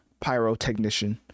pyrotechnician